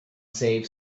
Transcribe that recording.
save